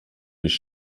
durch